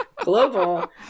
Global